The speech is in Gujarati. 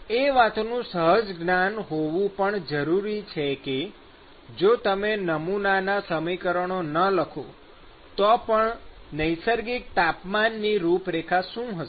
એ વાતનું સહજ જ્ઞાન હોવું પણ જરૂરી છે કે જો તમે નમૂના સમીકરણો ન લખો તો પણ નૈસર્ગિક તાપમાનની રૂપરેખા શું થશે